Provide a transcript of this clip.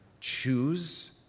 Choose